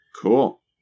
Cool